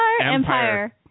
Empire